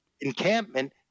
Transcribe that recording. encampment